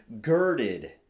girded